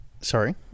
Sorry